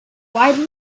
widely